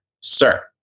sir